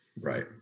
Right